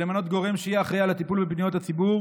ולמנות גורם שיהיה אחראי לטיפול בפניות הציבור